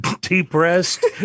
depressed